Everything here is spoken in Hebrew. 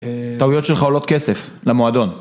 טעויות שלך עולות כסף, למועדון